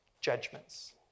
judgments